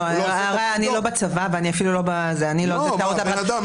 אני לא בצבא, אני לא נותנת הערות.